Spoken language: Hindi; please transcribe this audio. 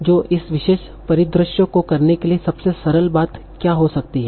तो इस विशेष परिदृश्य को करने के लिए सबसे सरल बात क्या हो सकती है